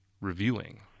reviewing